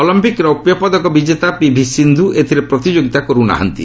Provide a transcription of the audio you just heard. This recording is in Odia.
ଅଲମ୍ପିକ୍ ରୌପ୍ୟ ପଦକ ବିଜେତା ପିଭି ସିନ୍ଧୁ ଏଥିରେ ପ୍ରତିଯୋଗିତା କରୁନାହାନ୍ତି